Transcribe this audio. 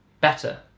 better